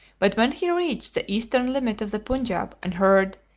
but when he reached the eastern limit of the punjab and heard,